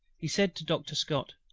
he said to doctor scott,